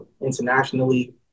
internationally